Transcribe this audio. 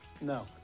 no